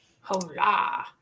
Hola